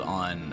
on